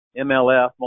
MLF